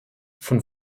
von